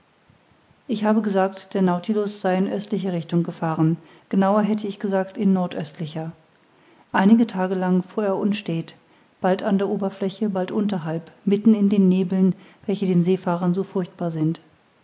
ich habe gesagt der nautilus sei in östlicher richtung gefahren genauer hätte ich gesagt in nordöstlicher einige tage lang fuhr er unstät bald an der oberfläche bald unterhalb mitten in den nebeln welche den seefahrern so furchtbar sind